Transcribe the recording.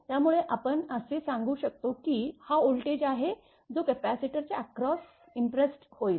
त्यामुळे आपण असे सांगू शकतो की हा व्होल्टेज आहे जो कपॅसिटरच्या अक्रोस इम्प्रेस्स्ड होईल